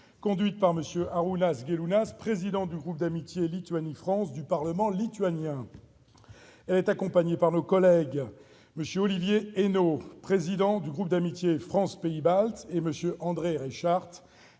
conduite par M. Arūnas Gelūnas, président du groupe d'amitié Lituanie-France du Parlement lituanien. Elle est accompagnée par nos collègues M. Olivier Henno, président du groupe d'amitié France-Pays baltes, et M. André Reichardt,